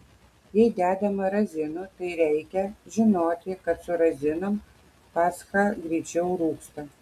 jei dedama razinų tai reikia žinoti kad su razinom pascha greičiau rūgsta